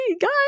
guys